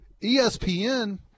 ESPN